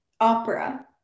Opera